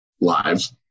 lives